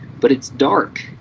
but it's dark,